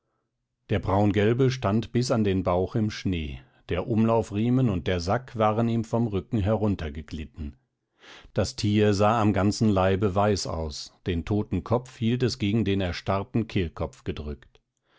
der braungelbe stand bis an den bauch im schnee der umlaufriemen und der sack waren ihm vom rücken heruntergeglitten das tier sah am ganzen leibe weiß aus den toten kopf hielt es gegen den erstarrten kehlkopf gedrückt